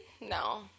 No